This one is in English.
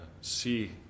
see